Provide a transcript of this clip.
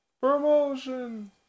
promotion